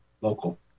local